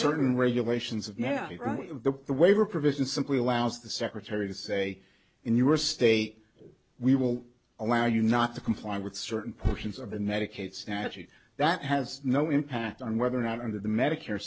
certain regulations of now the waiver provision simply allows the secretary to say in your state we will allow you not to comply with certain portions of in medicaid statute that has no impact on whether or not under the medicare